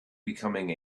becoming